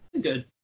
good